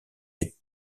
les